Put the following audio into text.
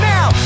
Now